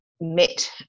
met